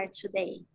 today